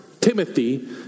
Timothy